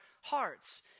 hearts